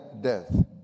death